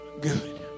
good